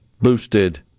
boosted